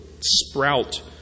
sprout